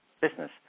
business